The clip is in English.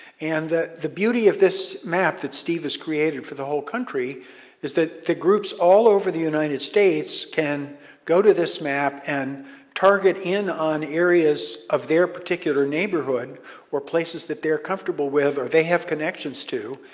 and that the beauty of this map that steve has created for the whole country is that the groups all over the united states can go to this map and target in on areas of their particular neighborhood or places that they are comfortable with or they have connections to,